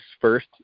first